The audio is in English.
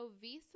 Visa